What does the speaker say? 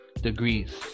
degrees